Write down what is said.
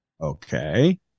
Okay